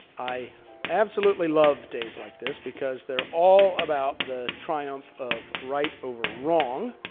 i absolutely love days like this because they are all about the triumph of right over wrong.